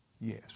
Yes